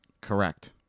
Correct